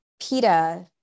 PETA